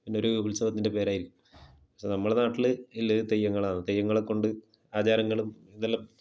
എന്നൊരു ഉത്സവത്തിൻ്റെ പേരായിരിക്കും പക്ഷേ നമ്മളെ നാട്ടിൽ ഇല്ലത് തെയ്യങ്ങളാണ് തെയ്യങ്ങളെ കൊണ്ട് ആചാരങ്ങളും ഇതെല്ലാം